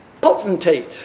Potentate